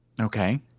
Okay